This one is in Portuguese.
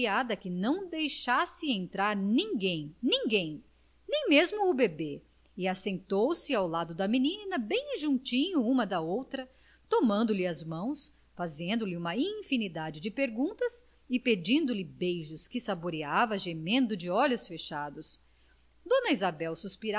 criada que não deixasse entrar ninguém ninguém nem mesmo o bebê e assentou-se ao lado da menina bem juntinho uma da outra tomando-lhe as mãos fazendo-lhe uma infinidade de perguntas e pedindo-lhe beijos que saboreava gemendo de olhos fechados dona isabel